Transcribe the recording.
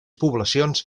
poblacions